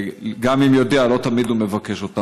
וגם אם הוא יודע, לא תמיד הוא מבקש אותן.